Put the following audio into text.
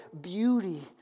beauty